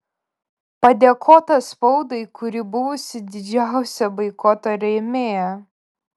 padėkota spaudai kuri buvusi didžiausia boikoto rėmėja